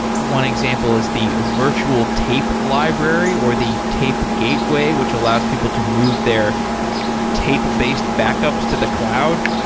one example is the virtual tape library or the tape gateway which allows people to move their tape-based backups to the cloud.